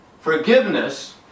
Forgiveness